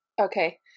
Okay